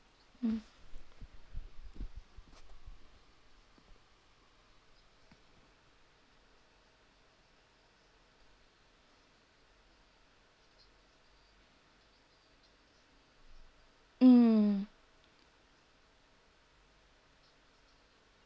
mm mm